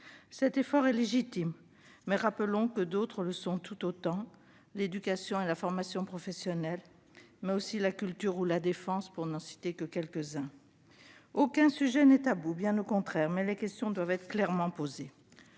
Cet effort est légitime ; rappelons que d'autres le sont tout autant : l'éducation et la formation professionnelle, mais aussi la culture ou la défense, pour n'en citer que quelques-uns. Aucun sujet n'est tabou, bien au contraire, mais les questions doivent être clairement posées.